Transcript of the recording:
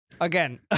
Again